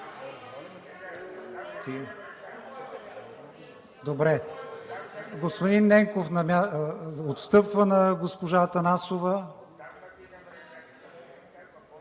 Добре, господин Ненков отстъпва на госпожа Атанасова.